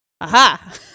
Aha